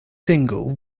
single